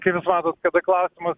kai mes vados kada klausimas